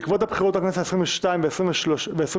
בעקבות הבחירות לכנסת העשרים ושתיים ולכנסת העשרים